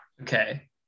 Okay